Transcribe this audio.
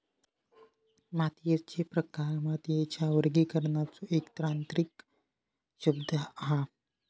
मातीयेचे प्रकार मातीच्या वर्गीकरणाचो एक तांत्रिक शब्द हा